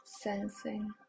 Sensing